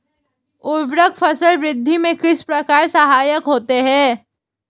उर्वरक फसल वृद्धि में किस प्रकार सहायक होते हैं?